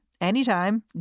anytime